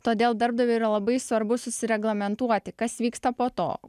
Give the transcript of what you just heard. todėl darbdaviui yra labai svarbu susireglamentuoti kas vyksta po to